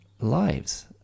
lives